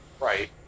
right